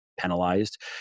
penalized